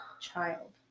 child